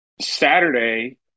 Saturday